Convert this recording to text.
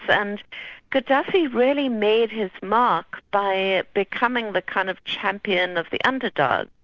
and gaddafi really made his mark by becoming the kind of champion of the underdog.